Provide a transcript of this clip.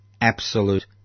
absolute